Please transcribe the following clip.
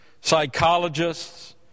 psychologists